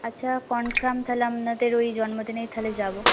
আচ্ছা কনফার্ম তাহলে আপনাদের ওই জন্মদিনেই তাহলে যাব